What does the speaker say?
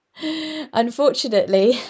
Unfortunately